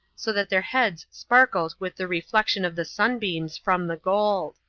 so that their heads sparkled with the reflection of the sun-beams from the gold.